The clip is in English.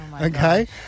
Okay